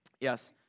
Yes